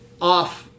off